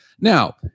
Now